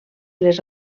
les